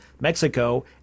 Mexico